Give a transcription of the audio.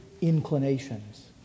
inclinations